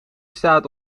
staat